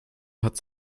hat